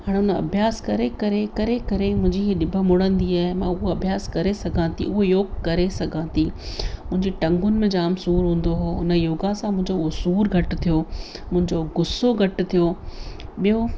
हाण हुन अभ्यासु करे करे करे करे मुंहिंजी हीअ ॼिभु मुड़ंदी आहे मां हूअ अभ्यासु करे सघां थी हूअ योग करे सघां थी मुंहिंजी टंगुनि में जाम सूर हूंदो हो उन योगा सां मुंहिंजो हूअ सूर घटि थियो मुंहिंजो गुस्सो घटि थियो ॿियो